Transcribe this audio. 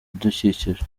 ibidukikije